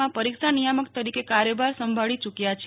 માં પરીક્ષા નિયામક તરીકે કાર્યભાર સંભાળી યૂક્યા છે